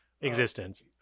Existence